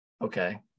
Okay